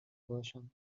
باشند